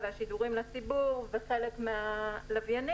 עורקי נל"ן, שידורים לציבור וחלק מהלוויינים.